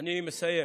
אני מסיים.